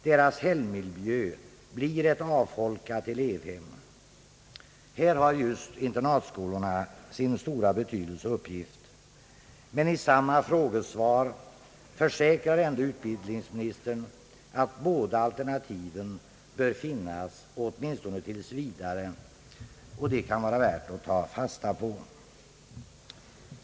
Deras helgmiljö blir ett avfolkat elevhem. Här har just internat skolorna sin stora betydelse och uppgift. I samma frågesvar försäkrade också utbildningsministern att båda alternativen bör finnas åtminstone tills vidare, vilket kan vara värt att ta fasta på.